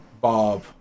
Bob